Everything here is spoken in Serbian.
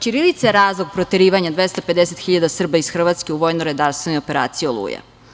Ćirilica je razlog proterivanja 250.000 Srba iz Hrvatske u vojnoj operaciji „Oluja“